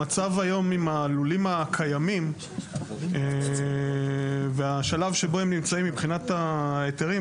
המצב היום עם הלולים הקיימים והשלב בו הם נמצאים מבחינת ההיתרים,